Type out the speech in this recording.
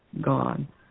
gone